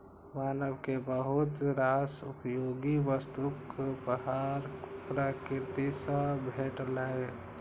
मानव कें बहुत रास उपयोगी वस्तुक उपहार प्रकृति सं भेटलैए